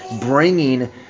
bringing